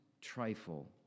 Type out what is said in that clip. trifle